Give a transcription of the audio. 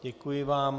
Děkuji vám.